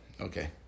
Okay